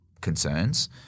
concerns